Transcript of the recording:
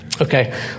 Okay